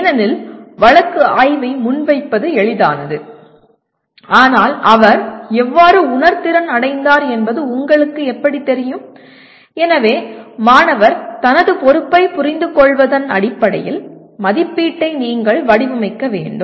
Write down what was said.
ஏனெனில் வழக்கு ஆய்வை முன்வைப்பது எளிதானது ஆனால் அவர் எவ்வாறு உணர்திறன் அடைந்தார் என்பது உங்களுக்கு எப்படித் தெரியும் எனவே மாணவர் தனது பொறுப்பைப் புரிந்துகொள்வதன் அடிப்படையில் மதிப்பீட்டை நீங்கள் வடிவமைக்க வேண்டும்